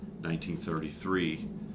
1933